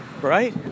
Right